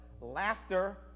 laughter